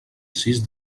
sis